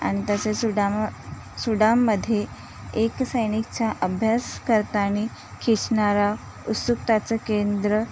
आणि तसे सुडामं सुदानमध्ये एक सैनिकचा अभ्यास करतानी खिसनारा उस्सुकताचं केंद्र